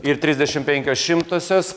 ir trisdešimt penkios šimtosios